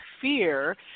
fear